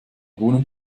wohnen